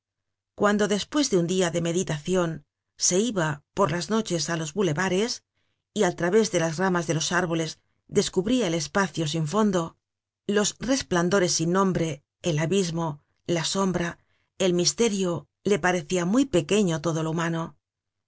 cuando despues de un dia de meditacion se iba por las noches á los boulevares y al través de las ramas de los árboles descubria el espacio sin fondo los resplandores sin nombre el abismo la sombra el misterio le parecia muy pequeño todo lo humano